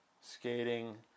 skating